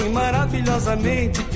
maravilhosamente